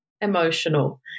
emotional